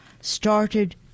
started